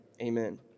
Amen